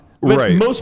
Right